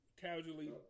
casually